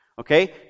Okay